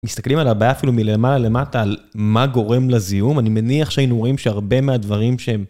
מסתכלים על הבעיה אפילו מלמעלה למטה על מה גורם לזיהום, אני מניח שהיינו רואים שהרבה מהדברים שהם...